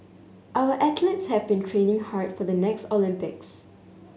our athletes have been training hard for the next Olympics